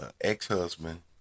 ex-husband